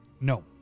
No